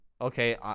Okay